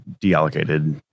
deallocated